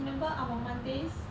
remember our mondays